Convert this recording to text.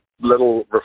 little